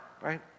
right